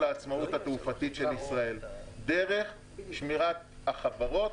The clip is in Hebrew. העצמאות התעופתית של ישראל דרך שמירת החברות.